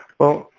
well,